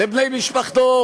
לבני משפחתו